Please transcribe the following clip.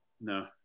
no